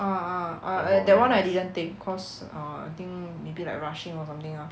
ah ah ah I uh that [one] I didn't take cause err I think maybe like rushing or something lah